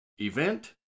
event